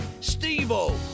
Steve-O